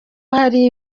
hari